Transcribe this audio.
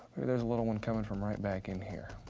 maybe there's a little one coming from right back in here.